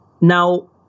Now